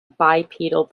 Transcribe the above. bipedal